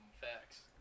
facts